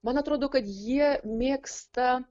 man atrodo kad jie mėgsta